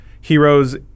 heroes